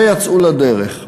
ויצאו לדרך.